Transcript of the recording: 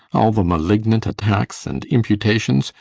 all the malignant attacks and imputations!